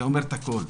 הוא אומר הכול.